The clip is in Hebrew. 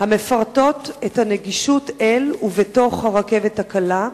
המפרטות את הנגישות, אל ובתוך, של הרכבת הקלה?